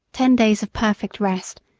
ten days of perfect rest,